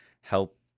help